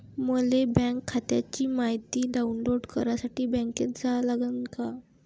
मले बँक खात्याची मायती डाऊनलोड करासाठी बँकेत जा लागन का?